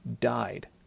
died